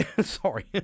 Sorry